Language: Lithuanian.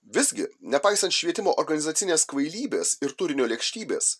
visgi nepaisant švietimo organizacinės kvailybės ir turinio lėkštybės